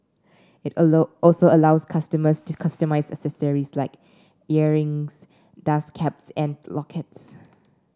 it also allows customers to customise accessories like earrings dust caps and lockets